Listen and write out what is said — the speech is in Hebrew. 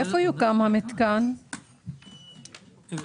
איפה יוקם מתקן האחסון?